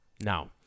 Now